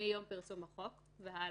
מיום פרסום החוק והלאה.